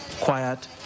quiet